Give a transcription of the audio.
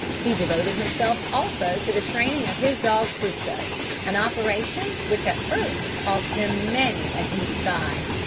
he devoted himself also to the training of his dog crusoe an operation which at first cost him many a deep sigh.